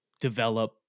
develop